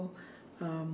um